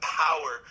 power